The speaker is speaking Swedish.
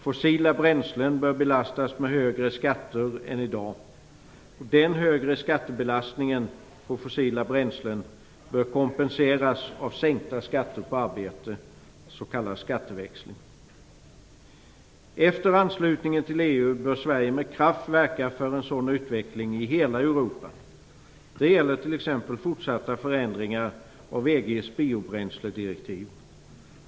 Fossila bränslen bör belastas med högre skatter än i dag. Den högre skattebelastningen på fossila bränslen bör kompenseras av sänkta skatter på arbete, s.k. skatteväxling. Efter anslutningen till EU bör Sverige med kraft verka för en sådan utveckling i hela Europa. Det gäller t.ex. fortsatta förändringar av EG:s biobränsledirektiv.